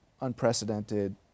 unprecedented